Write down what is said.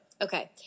Okay